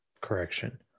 correction